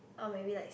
or maybe like